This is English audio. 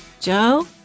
Joe